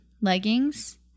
leggings